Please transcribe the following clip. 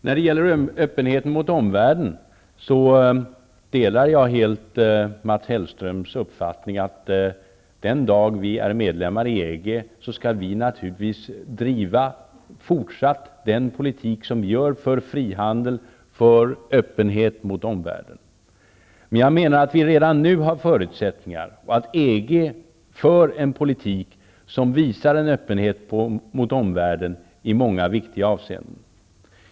När det gäller öppenheten mot omvärlden delar jag helt Mats Hellströms uppfattning att den dag vi är medlemmar i EG skall vi naturligtvis fortsatt driva en politik för frihandel och öppenhet mot omvärlden. Jag menar att vi redan nu har förutsättningar för detta och att EG för en politik som visar en öppenhet mot omvärlden i många viktiga avseenden.